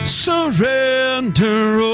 surrender